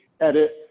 edit